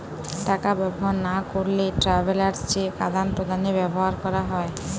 টাকা ব্যবহার না করলে ট্রাভেলার্স চেক আদান প্রদানে ব্যবহার করা হয়